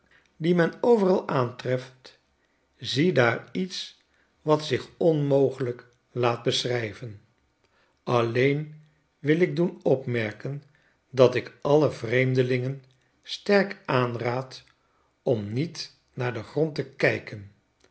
die men overal aantreft ziedaar iets wat zich onmogelijk laat beschrij ven alleen wil ik doen opmerken dat ik alle vreemdelingen sterk aanraad om niet naar den grond te kijken